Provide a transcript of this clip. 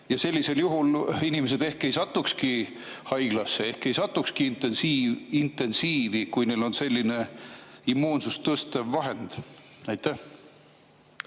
ja sellisel juhul inimesed ehk ei satukski haiglasse, ei satukski intensiivi, kui neil on selline immuunsust tugevdav vahend. Mul